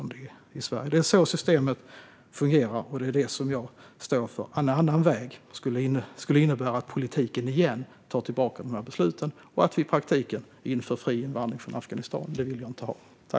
Det är så systemet fungerar, och det är det som jag står för. En annan väg skulle innebära att politiken tar tillbaka de här besluten och att vi i praktiken inför fri invandring från Afghanistan, och det vill jag inte ha.